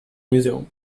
museum